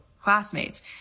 classmates